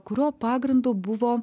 kurio pagrindu buvo